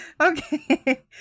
Okay